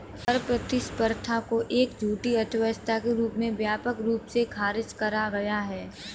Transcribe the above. कर प्रतिस्पर्धा को एक झूठी अर्थव्यवस्था के रूप में व्यापक रूप से खारिज करा गया है